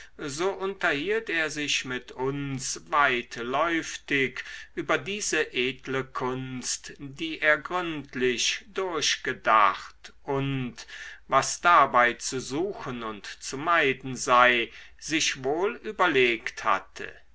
so unterhielt er sich mit uns weitläuftig über diese edle kunst die er gründlich durchgedacht und was dabei zu suchen und zu meiden sei sich wohl überlegt hatte